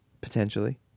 Potentially